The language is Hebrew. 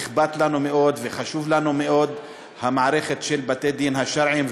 אכפת לנו מאוד וחשובה לנו מאוד המערכת של בתי-הדין השרעיים,